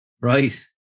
Right